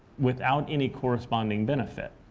without any corresponding benefit.